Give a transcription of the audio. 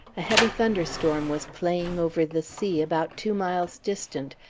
a heavy thunderstorm was playing over the sea about two miles distant,